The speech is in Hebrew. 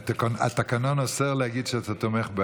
התקנון אוסר להגיד שאתה תומך,